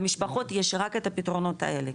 למשפחות יש רק את הפתרונות האלה,